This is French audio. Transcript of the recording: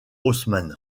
haussmann